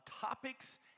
topics